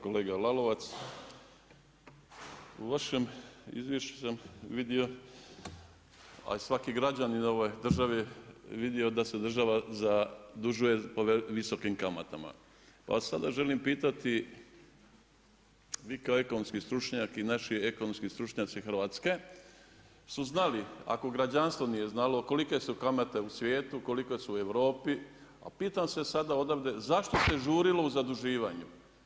Kolega Lalovac, u vašem izvješću sam vidio, a svaki građanin ove države je vidio da se država zadužuje po visokim kamatama, pa vas sada želim pitati vi kao ekonomski stručnjak i naši ekonomski stručnjaci Hrvatske su znali ako građanstvo nije znalo kolike su kamate u svijetu, kolike su Europi, a pitam se sada odavde zašto se žurilo u zaduživanju?